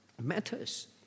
matters